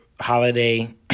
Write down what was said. holiday